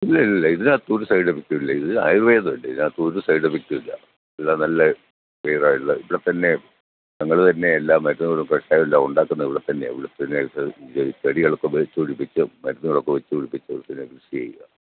ഇല്ലില്ല ഇതിനകത്തൊരു സൈഡ് ഇഫക്റ്റുമില്ല ഇത് ആയുർവേദമല്ലേ ഇതിനകത്തൊരു സൈഡ് ഇഫക്റ്റുമില്ല എല്ലാം നല്ല ക്ലിയറാണ് എല്ലാം ഇവിടെത്തന്നെ ഞങ്ങൾ തന്നെ എല്ലാം മരുന്നുകളും പുരട്ടാനെല്ലാമുണ്ടാക്കുന്നതിവിടെത്തന്നെ ഇവിടെ തന്നെയാണ് ഇവിടെത്തന്നെ എടുത്ത് ചെടികളൊക്കെ വെച്ചു പിടിപ്പിച്ച് മരുന്നുകളൊക്കെ വെച്ചു പിടിപ്പിച്ച് പിന്നെ കൃഷി ചെയ്യുക